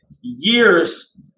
years